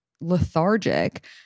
lethargic